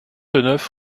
neuf